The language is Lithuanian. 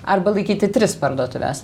arba laikyti tris parduotuves